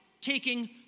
taking